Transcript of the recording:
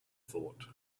thought